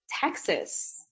Texas